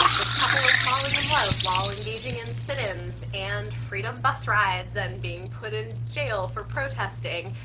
this couple is falling in love while engaging in sit-ins and freedom bus rides and being put in jail for protesting,